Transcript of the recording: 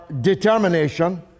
determination